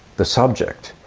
the subject,